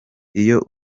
iyo